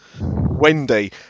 Wendy